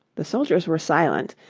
the soldiers were silent,